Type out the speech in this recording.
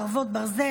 חרבות ברזל),